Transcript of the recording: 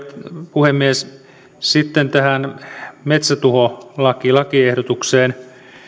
puhemies sitten tähän metsätuholakiehdotukseen